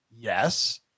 Yes